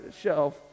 shelf